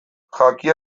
jakia